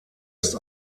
ist